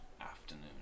afternoon